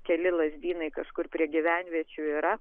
keli lazdynai kažkur prie gyvenviečių yra